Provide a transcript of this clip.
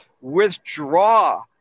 withdraw